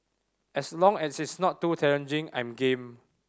as long as it's not too challenging I'm game